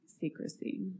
Secrecy